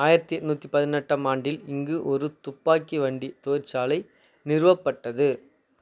ஆயிரத்தி எண்ணூற்றி பதினெட்டாம் ஆண்டில் இங்கு ஒரு துப்பாக்கி வண்டி தொழிற்சாலை நிறுவப்பட்டது